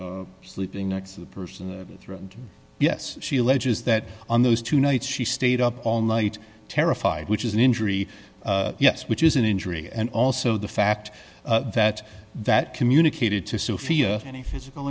by sleeping next to the person yes she alleges that on those two nights she stayed up all night terrified which is an injury yes which is an injury and also the fact that that communicated to sophia any physical